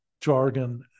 jargon